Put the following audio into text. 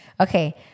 Okay